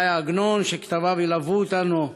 ש"י עגנון, שכתביו ילוו אותנו,